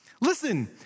Listen